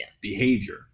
behavior